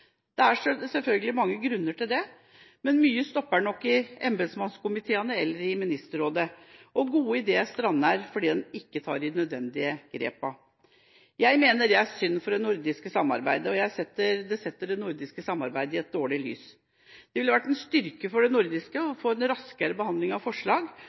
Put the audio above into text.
Det er selvfølgelig mange grunner til det, men mye stopper nok i embetsmannskomiteene eller i Ministerrådet, og gode ideer strander fordi man ikke tar de nødvendige grepene. Jeg mener det er synd for det nordiske samarbeidet, og det setter det nordiske samarbeidet i et dårlig lys. Det ville vært en styrke for det nordiske samarbeidet å få en raskere behandling av forslag,